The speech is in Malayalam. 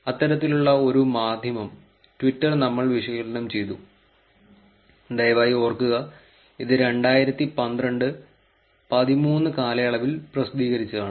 അത്തരത്തിലുള്ള ഒരു മാധ്യമം ട്വിറ്റർ നമ്മൾ വിശകലനം ചെയ്തു ദയവായി ഓർക്കുക ഇത് രണ്ടായിരത്തി പന്ത്രണ്ട് പതിമൂന്ന് കാലയളവിൽ പ്രസിദ്ധീകരിച്ചതാണ്